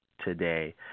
today